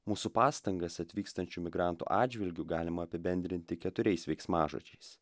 mūsų pastangas atvykstančių migrantų atžvilgiu galima apibendrinti keturiais veiksmažodžiais